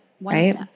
right